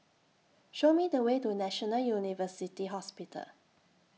Show Me The Way to National University Hospital